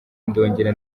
ndongera